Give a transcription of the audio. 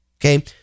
Okay